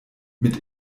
mit